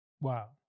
Wow